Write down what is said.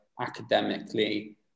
academically